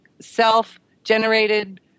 self-generated